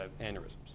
aneurysms